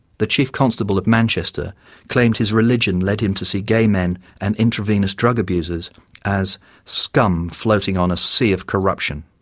the chief constable of manchester claimed his religion led him to see gay men and intravenous drug abusers as scum floating on a sea of corruption.